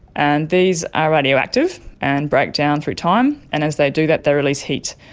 and these are radioactive and break down through time, and as they do that they release heat.